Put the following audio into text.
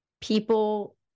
people